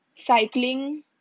cycling